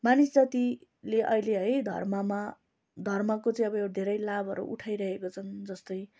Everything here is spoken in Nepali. मानिस जातिले अहिले है धर्ममा धर्मको चाहिँ अब धेरै लाभहरू उठाइरहेको छन् जस्तै